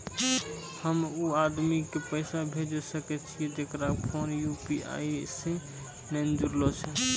हम्मय उ आदमी के पैसा भेजै सकय छियै जेकरो फोन यु.पी.आई से नैय जूरलो छै?